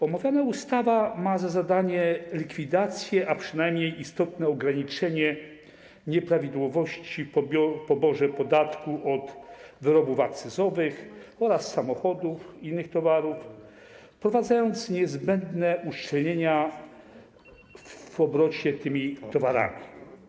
Omawiana ustawa ma za zadanie likwidację, a przynajmniej istotne ograniczenie, nieprawidłowości w poborze podatku od wyrobów akcyzowych oraz samochodów, innych towarów poprzez wprowadzenie niezbędnych uszczelnień w obrocie tymi towarami.